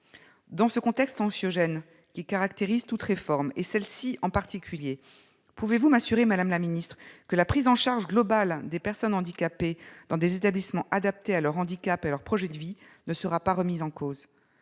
Dans le contexte anxiogène qui caractérise toute réforme, et celle-ci en particulier, pouvez-vous m'assurer, madame la secrétaire d'État, que la prise en charge globale des personnes handicapées dans des établissements adaptés à leur handicap et à leur projet de vie ne sera pas remise en cause ?